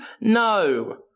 No